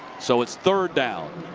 so it's third down.